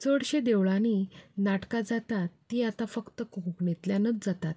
चडशा देवळांनी नाटकां जाता तीं आतां फकत कोंकणींतल्यानूच जातात